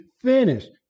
finished